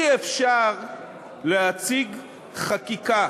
אי-אפשר להציג חקיקה